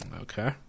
Okay